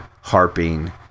harping